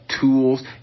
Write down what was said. Tools